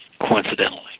coincidentally